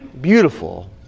beautiful